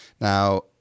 Now